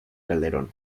calderón